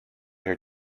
her